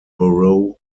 borough